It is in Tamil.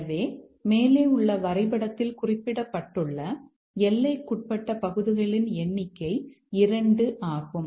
எனவே மேலே உள்ள வரைபடத்தில் குறிப்பிடப்பட்டுள்ள எல்லைக்குட்பட்ட பகுதிகளின் எண்ணிக்கை 2 ஆகும்